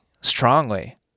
strongly